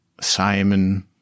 Simon